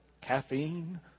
caffeine